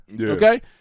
okay